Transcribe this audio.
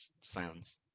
silence